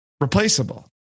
replaceable